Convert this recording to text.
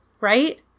Right